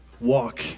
Walk